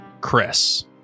Chris